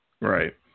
right